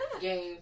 game